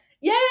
yay